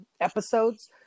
episodes